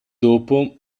dopo